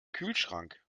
kühlschrank